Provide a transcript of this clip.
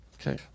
okay